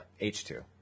H2